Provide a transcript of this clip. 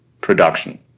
production